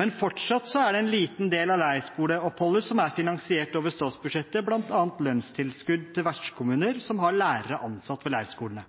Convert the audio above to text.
Men fortsatt er det en liten del av leirskoleoppholdet som er finansiert over statsbudsjettet, bl.a. lønnstilskudd til vertskommuner som har lærere ansatt ved